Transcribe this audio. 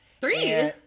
Three